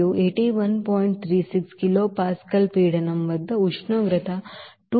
36 kilo pascal pressure వద్ద ఉష్ణోగ్రత 258